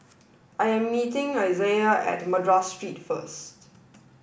I am meeting Isiah at Madras Street first